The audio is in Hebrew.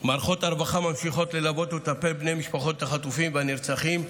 מערכות הרווחה ממשיכות ללוות ולטפל בבני משפחות החטופים והנרצחים,